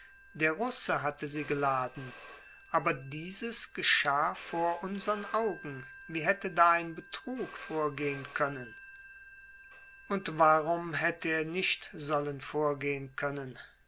der russe hatte sie geladen aber dieses geschah vor unsern augen wie hätte da ein betrug vorgehen können und warum hätte er nicht sollen vorgehen können